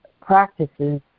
practices